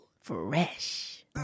Fresh